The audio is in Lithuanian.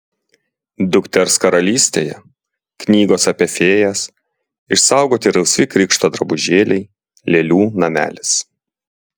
dukters karalystėje knygos apie fėjas išsaugoti rausvi krikšto drabužėliai lėlių namelis